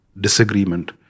disagreement